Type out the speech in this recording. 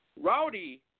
Rowdy